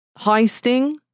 heisting